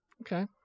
Okay